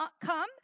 come